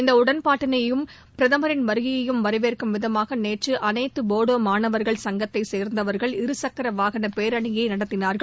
இந்த உடன்பாட்டினையும் பிரதமரின் வருகையையும் வரவேற்கும் விதமாக நேற்று அனைத்து போடோ மாணவர்கள் சங்கத்தை சேர்ந்தவர்கள் இருசக்கர வாகன பேரணியை நடத்தினார்கள்